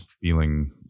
feeling